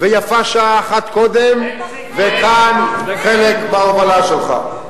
ויפה שעה אחת קודם, וכאן חלק בהובלה שלך.